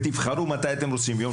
או כשאומרים: תבחרו מתי אתם רוצים - ביום